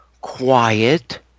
quiet